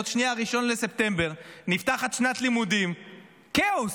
עוד שנייה 1 בספטמבר, נפתחת שנת לימודים, כאוס.